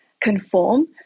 conform